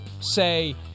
say